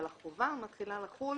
אבל החובה מתחילה לחול